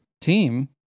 team